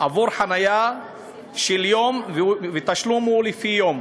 עבור חניה של יום והתשלום הוא לפי יום,